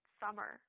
summer